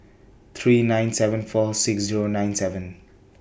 three nine seven four six Zero nine seven